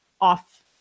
off